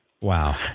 Wow